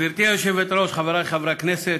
גברתי היושבת-ראש, חברי חברי הכנסת,